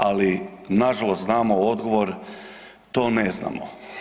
Ali nažalost znamo odgovor, to ne znamo.